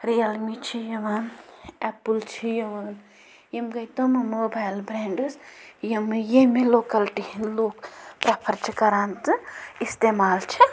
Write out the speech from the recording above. real می چھِ یِوان Apple چھِ یِوان یِم گٔے تم موبایِل برٛاینٛڈٕس یِم ییٚمہِ لوٚکَلٹی ہِنٛدۍ لُکھ پرٛٮ۪فَر چھِ کَران تہٕ اِستعمال چھِ